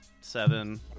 seven